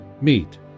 meet